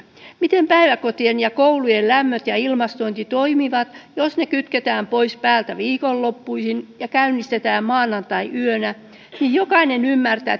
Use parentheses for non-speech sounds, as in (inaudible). miten päiväkotien ja koulujen lämmöt ja ilmastointi toimivat jos ne kytketään pois päältä viikonloppuisin ja käynnistetään maanantaiyönä jokainen ymmärtää (unintelligible)